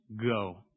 go